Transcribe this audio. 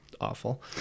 awful